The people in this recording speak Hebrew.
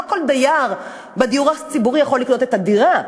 לא כל דייר בדיור הציבורי יכול לקנות את הדירה.